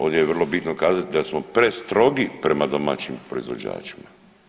Ovdje je vrlo bitno kazati da smo prestrogi prema domaćim proizvođačima.